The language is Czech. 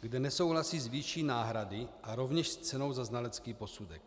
kde nesouhlasí s výší náhrady a rovněž s cenou za znalecký posudek.